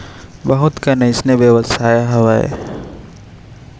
बहुत कन अइसन बेवसाय हावय जेन ला खाली कोनो समाज बिसेस के ही मनसे मन ह कर सकत हावय